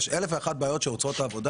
יש אלף ואחת בעיות שעוצרות את העבודה